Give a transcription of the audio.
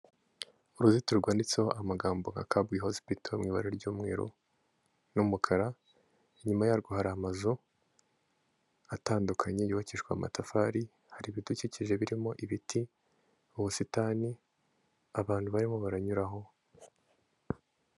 Uruzitiro rwanditseho amagambo nka Kabgayi hosipito mu ibara ry'umweru n'umukara, inyuma yarwo hari amazu atandukanye yubakishijwe amatafari, hari ibidukikije birimo ibiti, ubusitani, abantu barimo baranyura aho.